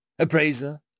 Appraiser